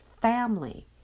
family